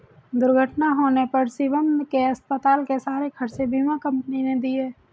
दुर्घटना होने पर शिवम के अस्पताल के सारे खर्चे बीमा कंपनी ने दिए